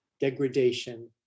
degradation